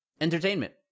entertainment